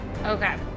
Okay